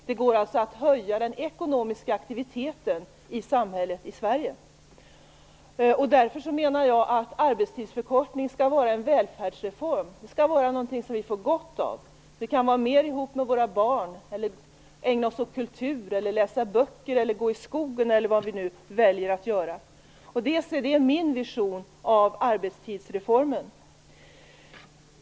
Det går alltså att höja den ekonomiska aktiviteten i samhället i Sverige. Därför menar jag att arbetstidsförkortning skall vara en välfärdsreform, något som vi får gott av. Vi kan vara mer ihop med våra barn, ägna oss åt kultur, läsa böcker, gå i skogen eller vad vi nu väljer att göra. Det är min vision av arbetstidsreformen.